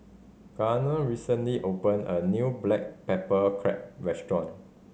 Garner recently opened a new black pepper crab restaurant